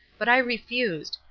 but i refused,